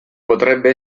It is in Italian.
potrebbe